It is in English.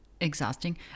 exhausting